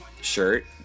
shirt